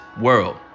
world